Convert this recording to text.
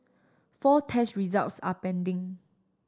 four test results are pending